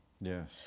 Yes